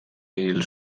hil